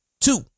Two